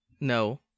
no